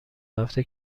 هفته